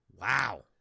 Wow